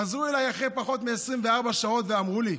חזרו אליי אחרי פחות מ-24 שעות ואמרו לי: